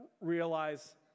realize